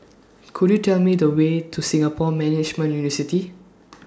Could YOU Tell Me The Way to Singapore Management